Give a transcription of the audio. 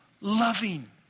loving